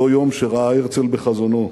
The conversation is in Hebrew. אותו יום שראה הרצל בחזונו,